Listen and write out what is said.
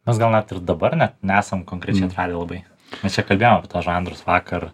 mes gal net ir dabar net nesam konkrečiai atradę labai mes čia kalbėjom apie tuos žanrus vakar